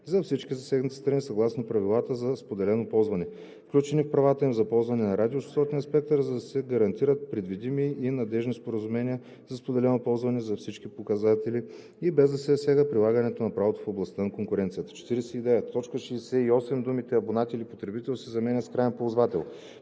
за всички засегнати страни съгласно правилата за споделено ползване, включени в правата им за ползване на радиочестотния спектър, за да се гарантират предвидими и надеждни споразумения за споделено ползване за всички ползватели и без да се засяга прилагането на правото в областта на конкуренцията.“ 49. В т. 68 думите „абонат или потребител“ се заменят с „краен ползвател“.